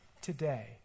today